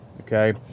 okay